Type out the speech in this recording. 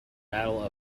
battle